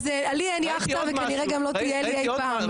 אז לי אין יאכטה וכנראה גם לא תהיה לי אי פעם,